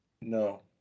No